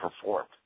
performed